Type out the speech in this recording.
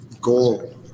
Goal